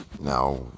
Now